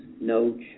no